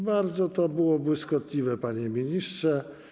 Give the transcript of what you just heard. Bardzo to było błyskotliwe, panie ministrze.